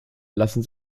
lassen